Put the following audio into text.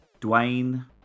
Dwayne